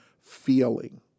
feeling